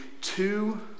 two